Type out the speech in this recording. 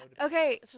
okay